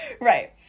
right